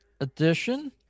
edition